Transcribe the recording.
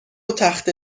تخته